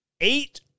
eight